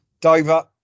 Dover